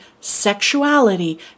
sexuality